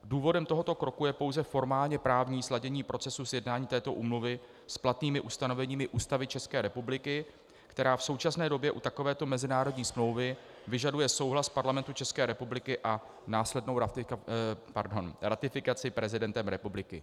Důvodem tohoto kroku je pouze formálněprávní sladění procesu sjednání této úmluvy s platnými ustanoveními Ústavy České republiky, která v současné době u takovéto mezinárodní smlouvy vyžaduje souhlas Parlamentu České republiky a následnou ratifikaci prezidentem republiky.